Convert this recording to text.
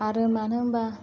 आरो मानो होनबा